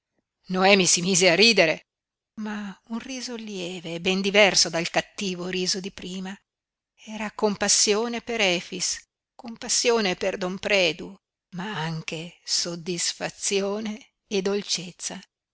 noemi si mise a ridere ma un riso lieve ben diverso dal cattivo riso di prima era compassione per efix compassione per don predu ma anche soddisfazione e dolcezza